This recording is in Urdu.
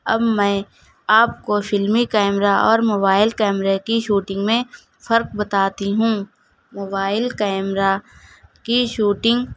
اب میں آپ کو فلمی کیمرہ اور موبائل کیمرے کی شوٹنگ میں فرق بتاتی ہوں موبائل کیمرہ کی شوٹنگ